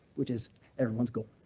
which is everyone's goal.